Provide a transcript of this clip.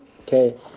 Okay